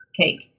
cake